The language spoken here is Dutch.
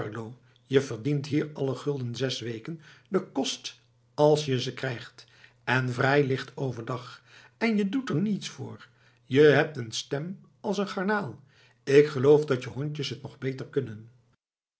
je verdient hier alle gulden zes weken den kost als je ze krijgt en vrij licht over dag en je doet er niets voor je hebt een stem als een garnaal ik geloof dat je hondjes het nog beter kunnen